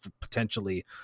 potentially